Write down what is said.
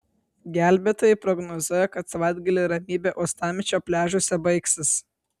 gelbėtojai prognozuoja kad savaitgalį ramybė uostamiesčio pliažuose baigsis